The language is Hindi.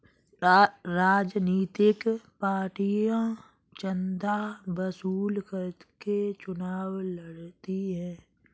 राजनीतिक पार्टियां चंदा वसूल करके चुनाव लड़ती हैं